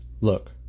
Look